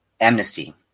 Amnesty